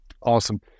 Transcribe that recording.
Awesome